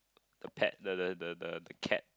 the pet the the the the the cat